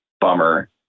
Bummer